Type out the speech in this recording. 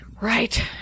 Right